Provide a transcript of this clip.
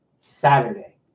Saturday